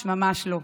ממש, ממש לא.